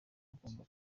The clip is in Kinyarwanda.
bagombye